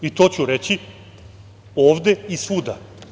I to ću reći ovde i svuda.